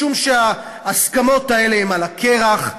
משום שההסכמות האלה הן על הקרח,